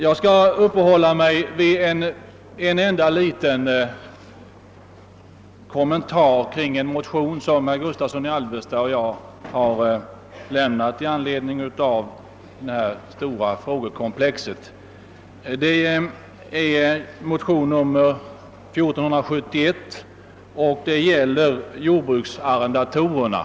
Jag skall göra en kommentar till en motion som herr Gustavsson i Alvesta och jag har väckt med anledning av detta stora frågekomplex. Det är motionen 1471 och den gäller jordbruksarrendatorerna.